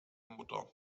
mutter